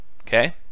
Okay